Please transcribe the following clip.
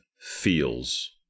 feels